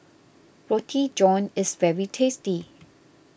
Roti John is very tasty